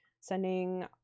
sending